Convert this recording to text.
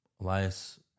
Elias